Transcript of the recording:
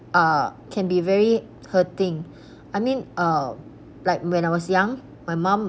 ah can be very hurting I mean uh like when I was young my mom